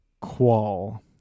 Qual